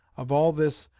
of all this,